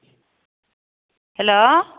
hello